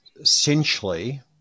essentially